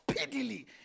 speedily